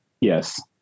Yes